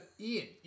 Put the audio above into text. Ian